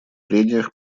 прениях